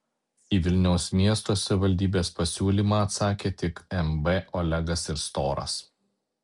į vilniaus miesto savivaldybės pasiūlymą atsakė tik mb olegas ir storas